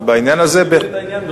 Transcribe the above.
בעניין הזה, אני מבין את העניין.